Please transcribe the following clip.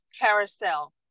Carousel